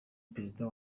perezida